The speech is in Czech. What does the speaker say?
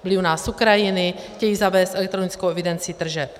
Byli u nás z Ukrajiny, chtějí zavést elektronickou evidenci tržeb.